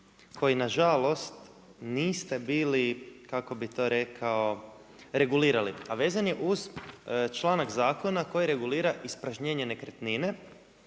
koji nažalost, niste bili, kako bi to rekao, regulirali. A vezan je uz članak zakona koji regulira ispraženjenje nekretnine